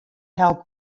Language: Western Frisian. help